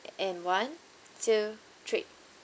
and one two three